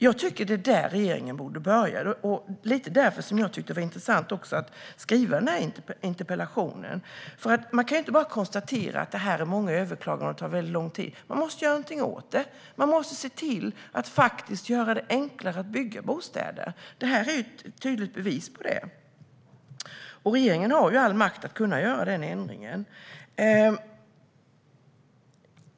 Jag tycker att regeringen borde börja där, och det var därför som jag tyckte att det var intressant att skriva den här interpellationen. Man kan inte bara konstatera att det finns många överklaganden och att de tar väldigt lång tid. Man måste göra någonting åt det. Man måste se till att göra det enklare att bygga bostäder. Detta är ett tydligt bevis på det. Regeringen har ju all makt att göra den ändringen.